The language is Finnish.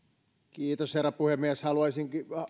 arvoisa herra puhemies haluaisin